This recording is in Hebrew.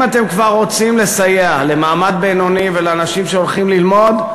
אם אתם כבר רוצים לסייע למעמד הבינוני ולאנשים שהולכים ללמוד,